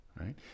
right